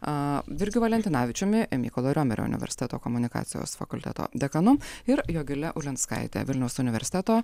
a virgiu valentinavičiumi mykolo romerio universiteto komunikacijos fakulteto dekanu ir jogile ulinskaite vilniaus universiteto